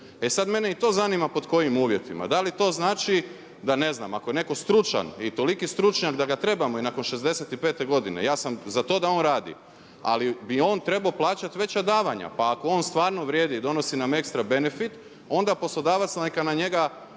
E sada mene i to zanima pod kojim uvjetima. Da li to znači da ne znam ako je netko stručan i toliki stručnjak da ga trebamo i nakon 65 godine, ja sam za to da on radi ali bi on trebao plaćati veća davanja. Pa ako stvarno vrijedi, i donosi nam ekstra benefit, onda poslodavac neka na njega